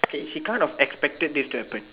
she kind of expected this to happen